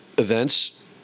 events